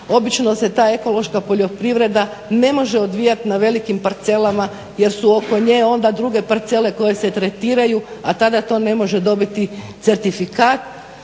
obično se ta ekološka poljoprivreda ne može odvijat na velikim parcelama jer su oko nje onda druge parcele koje se tretiraju a tada to ne može dobiti certifikat